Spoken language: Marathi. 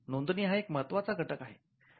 नोंदणी हा एक महत्वाचा घटक आहे